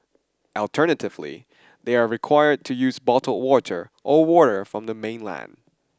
alternatively they are required to use bottled water or water from the mainland